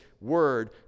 word